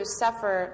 suffer